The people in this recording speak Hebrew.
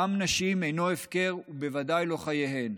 דם נשים אינו הפקר, ובוודאי לא חייהן.